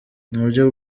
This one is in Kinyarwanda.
muburyo